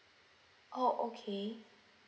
oh okay